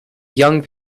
young